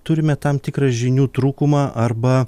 turime tam tikrą žinių trūkumą arba